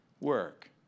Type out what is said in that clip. work